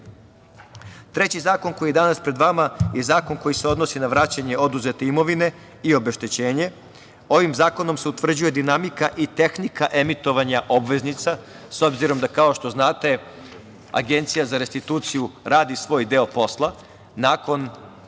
zakon koji je danas pred vama je zakon koji se odnosi na vraćanje oduzete imovine i obeštećenje. Ovim zakonom se utvrđuje dinamika i tehnika emitovanja obveznica, s obzirom da kao što znate, Agencija za restituciju radi svoj deo posla. Nakon